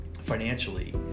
financially